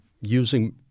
using